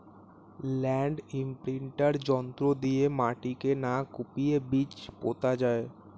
land imprinter যন্ত্র দিয়ে মাটিকে না কুপিয়ে বীজ পোতা যায়